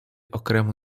окрему